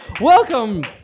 Welcome